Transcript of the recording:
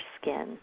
skin